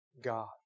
God